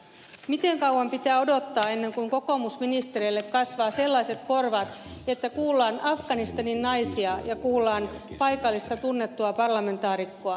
miten kauan pitää odottaa ennen kuin kokoomusministereille kasvaa sellaiset korvat että kuullaan afganistanin naisia ja kuullaan paikallista tunnettua parlamentaarikkoa